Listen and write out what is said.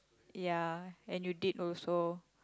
ya and you did also